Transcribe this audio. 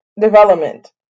development